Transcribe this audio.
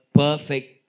perfect